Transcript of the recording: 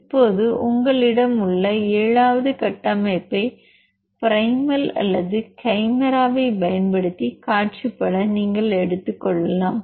இப்போது உங்களிடம் உள்ள 7 வது கட்டமைப்பை ப்ரைமல் அல்லது கைமேராவைப் பயன்படுத்தி காட்சிப்படுத்த நீங்கள் எடுத்துக் கொள்ளலாம்